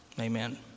Amen